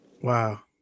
Wow